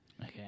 Okay